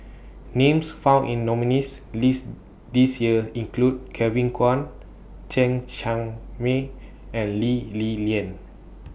Names found in The nominees' list This Year include Kevin Kwan Chen Cheng Mei and Lee Li Lian